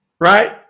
right